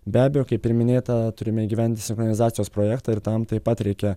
be abejo kaip ir minėta turime įgyvendinti sinchronizacijos projektą ir tam taip pat reikia